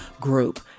group